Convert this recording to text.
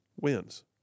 wins